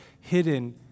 hidden